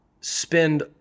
spend